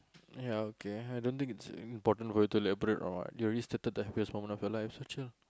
ya okay I don't think it's important for you to elaborate or what you already stated the happiest moment of your life so chill